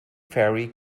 fairy